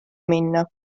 minna